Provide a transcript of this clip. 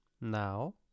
now